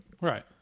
Right